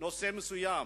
נושא מסוים,